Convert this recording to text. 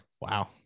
Wow